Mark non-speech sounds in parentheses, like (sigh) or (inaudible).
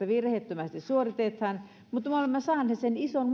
(unintelligible) virheettömästi suoritetaan mutta me olemme saaneet sen ison (unintelligible)